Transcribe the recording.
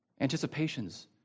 anticipations